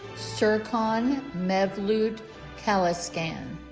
serkan mevlut caliskan